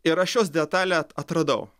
ir aš jos detalę atradau